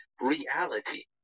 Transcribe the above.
reality